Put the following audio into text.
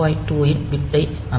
2 இன் பிட் ஐ அமைக்கும்